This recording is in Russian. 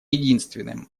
единственным